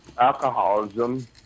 alcoholism